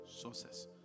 sources